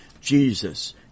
Jesus